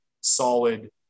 solid